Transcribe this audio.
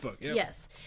yes